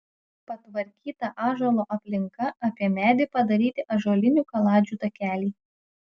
patvarkyta ąžuolo aplinka apie medį padaryti ąžuolinių kaladžių takeliai